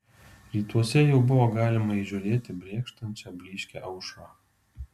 rytuose jau buvo galima įžiūrėti brėkštančią blyškią aušrą